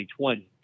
2020